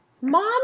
mom